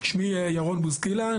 שמי ירון בוסקילה,